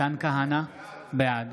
מתן כהנא, בעד